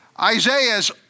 Isaiah's